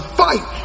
fight